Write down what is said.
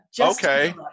Okay